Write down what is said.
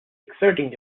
exerting